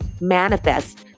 manifest